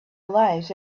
lives